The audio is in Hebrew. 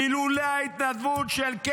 אילולא ההתנדבות של,